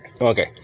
Okay